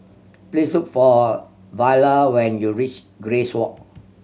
please look for Viola when you reach Grace Walk